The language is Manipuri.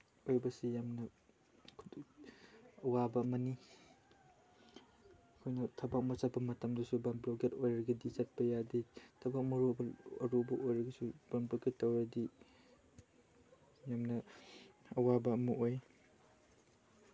ꯑꯣꯏꯕꯁꯤ ꯌꯥꯝꯅ ꯑꯋꯥꯕ ꯑꯃꯅꯤ ꯑꯩꯈꯣꯏꯅ ꯊꯕꯛ ꯑꯃ ꯆꯠꯄ ꯃꯇꯝꯗꯁꯨ ꯕꯟ ꯕ꯭ꯂꯣꯀꯦꯠ ꯑꯣꯏꯔꯒꯗꯤ ꯆꯠꯄ ꯌꯥꯗꯦ ꯊꯕꯛ ꯑꯔꯨꯕ ꯑꯣꯏꯔꯒꯁꯨ ꯕꯟ ꯕ꯭ꯂꯣꯀꯦꯠ ꯇꯧꯔꯗꯤ ꯌꯥꯝꯅ ꯑꯋꯥꯕ ꯑꯃ ꯑꯣꯏ